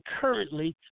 currently